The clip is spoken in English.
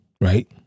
right